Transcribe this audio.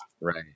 Right